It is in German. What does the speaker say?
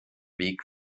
weg